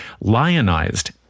lionized